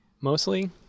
mostly